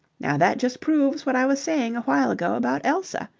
now, that just proves what i was saying a while ago about elsa.